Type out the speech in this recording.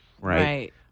Right